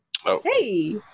Hey